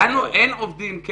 לנו אין עובדים.